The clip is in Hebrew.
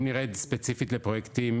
אם נרד ספציפית לפרויקטים